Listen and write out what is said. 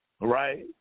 right